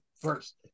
first